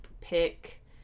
pick